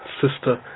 sister